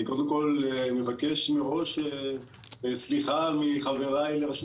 אני קודם כל מבקש מראש סליחה מחבריי לרשות